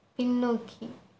பின்னோக்கி